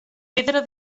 pedra